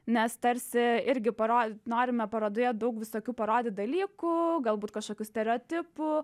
nes tarsi irgi parodyt norime parodoje daug visokių parodyt dalykų galbūt kažkokių stereotipų